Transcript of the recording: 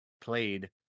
played